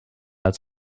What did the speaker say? als